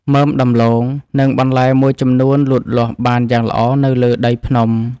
មើមដំឡូង និងបន្លែមួយចំនួនលូតលាស់បានយ៉ាងល្អនៅលើដីភ្នំ។